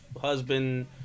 husband